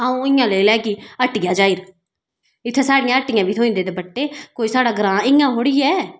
हून इयां लेई लेगी हट्टिया जेइयै इत्थै साढ़ियां ह्ट्टी बी थ्होई जंदे दुपट्टे कोई साढ़ा ग्रां इयां थोह्ड़ा ऐ